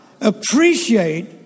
Appreciate